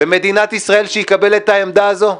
במדינת ישראל שיקבל את העמדה הזו,